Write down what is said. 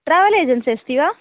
travel agency अस्ति वा